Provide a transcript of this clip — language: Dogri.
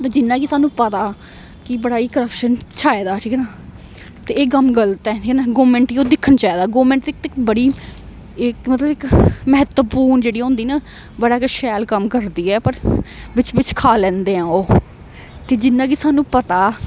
ते जिना कि सानू पता कि बड़ा करप्शन छाए दा ठीक ना ते एह् कम्म गलत ऐक गौरमेंट गी ओह् दिक्खना चाहिदा गौरमेंट बड़ी मतलब इक म्हत्त्वपूर्ण जेह्ड़ी होंदी ना बड़ा गै शैल कम्म करदी ऐ पर बिच्च बिच्च खा लैंदे ऐं ओह् ते जिन्ना कि सानू पता